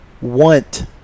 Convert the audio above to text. want